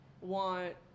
want